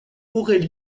aurait